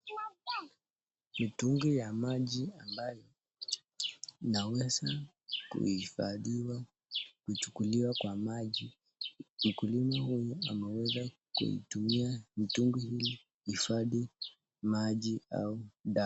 Mitungi ya maji ambayo inaweza kuhifadhiwa kuchukuliwa kwa maji. Mkulima huyu ameweza kutumia mtungi kuhifadhi maji au dawa.